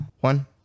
one